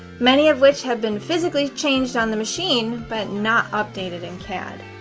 many of which have been physically changed on the machine but not updated in cad.